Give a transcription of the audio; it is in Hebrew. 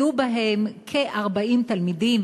יהיו בהן כ-40 תלמידים,